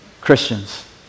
Christians